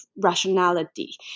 rationality